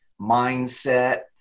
mindset